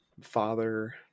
father